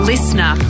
Listener